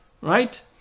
Right